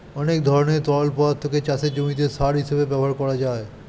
অনেক ধরনের তরল পদার্থকে চাষের জমিতে সার হিসেবে ব্যবহার করা যায়